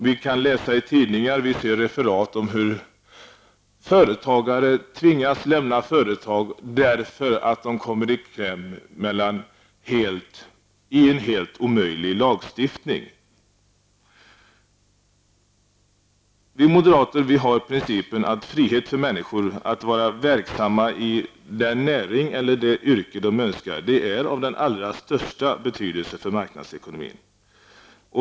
Vi kan läsa i tidningarna om hur företagare tvingas lämna sina företag därför att de kommer i kläm i en helt omöjlig lagstiftning. Vi moderater har principen att friheten för människor att vara verksamma i den näring eller det yrke de önskar är av den allra största betydelse för marknadsekonomin.